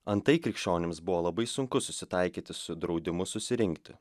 antai krikščionims buvo labai sunku susitaikyti su draudimu susirinkti